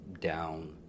down